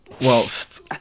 whilst